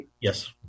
yes